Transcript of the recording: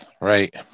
right